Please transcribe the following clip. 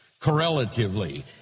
Correlatively